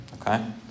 Okay